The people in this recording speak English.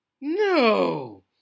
No